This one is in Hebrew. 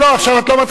עכשיו את לא מתחילה,